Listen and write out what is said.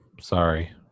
sorry